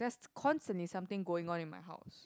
that's cons and it's something going on in my house